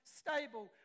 stable